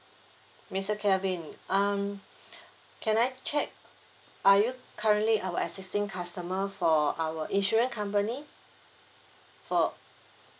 mister kelvin um can I check are you currently our existing customer for our insurance company for